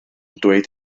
dweud